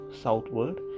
southward